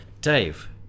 dave